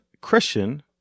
Christian